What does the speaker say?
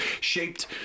shaped